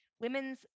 women's